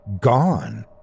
gone